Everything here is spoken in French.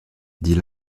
dit